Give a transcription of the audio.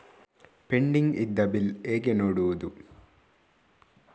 Pending ಇದ್ದ bill ಹೇಗೆ ನೋಡುವುದು?